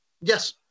Yes